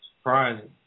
Surprising